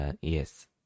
yes